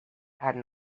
had